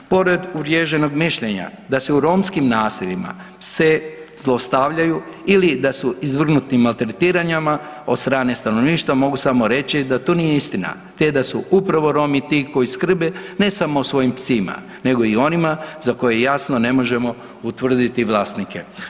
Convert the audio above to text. Pored uvriježenog mišljenja da se u romskim naseljima pse zlostavljaju ili da su izvrgnuti maltretiranjima od strane stanovništva, mogu samo reći da to nije istina te da su upravo Romi ti koji skrbe ne samo o svim psima nego i onima za koje jasno ne možemo utvrditi vlasnike.